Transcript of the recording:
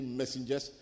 messengers